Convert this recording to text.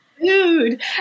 food